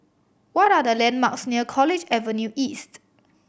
what are the landmarks near College Avenue East